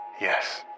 yes